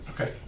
Okay